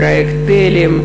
פל"א,